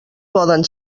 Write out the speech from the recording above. poden